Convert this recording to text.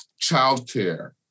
Childcare